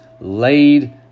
laid